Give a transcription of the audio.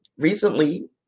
recently